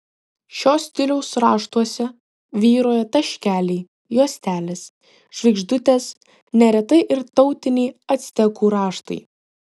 šio stiliaus raštuose vyrauja taškeliai juostelės žvaigždutės neretai ir tautiniai actekų raštai